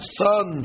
son